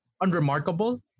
unremarkable